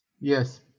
Yes